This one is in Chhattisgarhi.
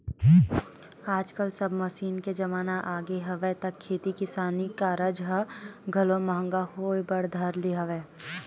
आजकल सब मसीन के जमाना आगे हवय त खेती किसानी के कारज ह घलो महंगा होय बर धर ले हवय